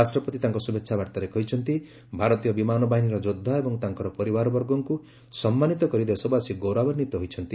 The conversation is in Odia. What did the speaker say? ରାଷ୍ଟ୍ରପତି ତାଙ୍କ ଶୁଭେଚ୍ଛା ବାର୍ତ୍ତାରେ କହିଛନ୍ତି ଭାରତୀୟ ବିମାନ ବାହିନୀର ଯୋଦ୍ଧା ଏବଂ ତାଙ୍କର ପରିବାରବର୍ଗଙ୍କୁ ସମ୍ମାନିତ କରି ଦେଶବାସୀ ଗୌରବାନ୍ୱିତ ହୋଇଛନ୍ତି